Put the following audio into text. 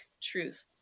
truth